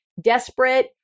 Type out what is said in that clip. desperate